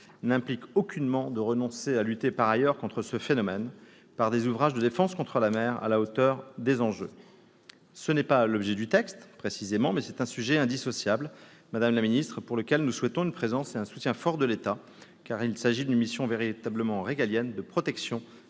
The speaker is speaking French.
n'implique aucunement de renoncer à lutter par ailleurs contre ce phénomène, par des ouvrages de défense contre la mer qui soient à la hauteur des enjeux. Ce n'est pas l'objet du texte, mais c'est un sujet qui en est indissociable, madame la secrétaire d'État, et pour lequel nous souhaitons une présence et un soutien forts de l'État, car il s'agit d'une mission véritablement régalienne de protection des